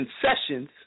concessions